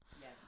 Yes